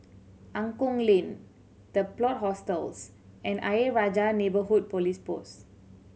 Angklong Lane The Plot Hostels and Ayer Rajah Neighbourhood Police Post